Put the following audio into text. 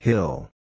Hill